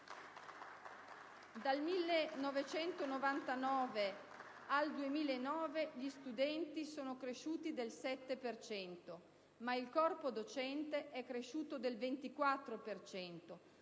Dal 1999 al 2009 gli studenti sono cresciuti del 7 per cento, ma il corpo docente è cresciuto del 24